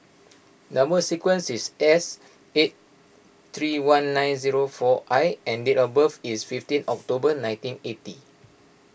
Number Sequence is S eight three one nine zero four I and date of birth is fifteen October nineteen eighty